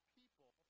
people